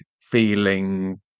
feeling